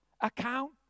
account